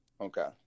Okay